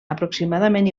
aproximadament